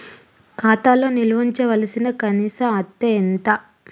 ఖాతా లో నిల్వుంచవలసిన కనీస అత్తే ఎంత?